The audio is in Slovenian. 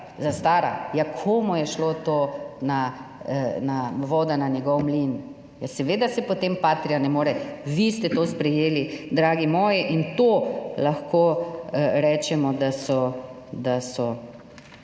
zastara. Ja, komu je šlo to…, voda na njegov mlin? Ja seveda se potem Patria ne more…, vi ste to sprejeli, dragi moji, in to lahko rečemo, da so